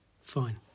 fine